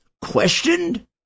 questioned